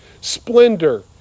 splendor